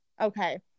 Okay